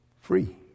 free